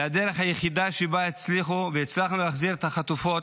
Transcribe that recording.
והדרך היחידה שבה הצליחו והצלחנו להחזיר את החטופות